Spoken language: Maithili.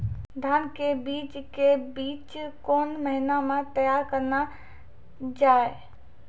धान के बीज के बीच कौन महीना मैं तैयार करना जाए?